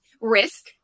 risk